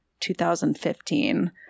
2015